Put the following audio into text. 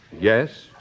Yes